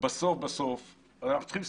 בסוף בסוף אנחנו צריכים להסתכל.